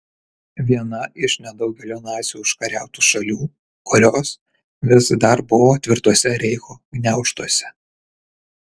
vieną iš nedaugelio nacių užkariautų šalių kurios vis dar buvo tvirtuose reicho gniaužtuose